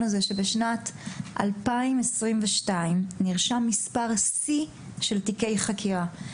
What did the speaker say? שבשנת 2022 נרשם מספר שיא של תיקי חקירה,